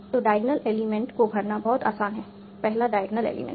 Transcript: तो diagonal element को भरना बहुत आसान है पहला डायग्नल एलिमेंट